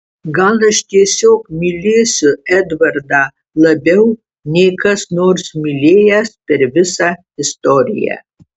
gal aš tiesiog mylėsiu edvardą labiau nei kas nors mylėjęs per visą istoriją